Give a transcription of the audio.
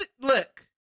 Look